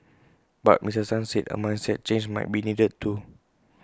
but Mister Tan said A mindset change might be needed too